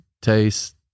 taste